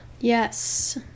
Yes